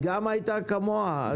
היא גם הייתה דומה?